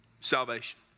Salvation